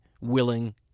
willing